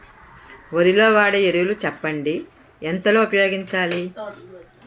వరిలో వాడే ఎరువులు చెప్పండి? ఎంత లో ఉపయోగించాలీ?